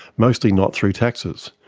mostly not through taxes,